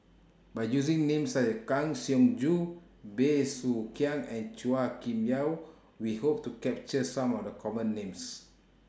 By using Names such as Kang Siong Joo Bey Soo Khiang and Chua Kim Yeow We Hope to capture Some of The Common Names